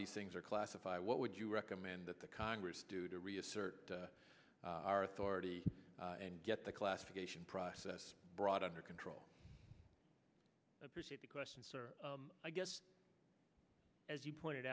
these things are classified what would you recommend that the congress do to reassert our authority and get the classification process brought under control appreciate the question i guess as you pointed